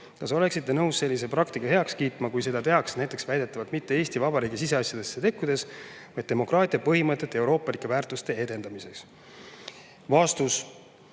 Kas oleksite nõus sellise praktika heaks kiitma, kui seda tehtaks väidetavalt mitte Eesti Vabariigi siseasjadesse sekkumiseks, vaid demokraatia põhimõtete ja euroopalike väärtuste edendamiseks?"